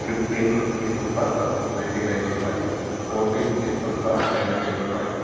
fifteenth December nineteen ninety five fourteenth December nineteen ninety five